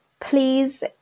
please